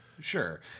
Sure